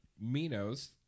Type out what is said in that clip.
Minos